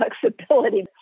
flexibility